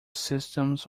systems